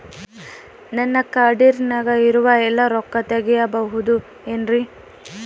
ನನ್ನ ಕಾರ್ಡಿನಾಗ ಇರುವ ಎಲ್ಲಾ ರೊಕ್ಕ ತೆಗೆಯಬಹುದು ಏನ್ರಿ?